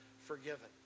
forgiven